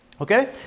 Okay